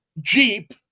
Jeep